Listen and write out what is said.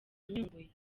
nyungwe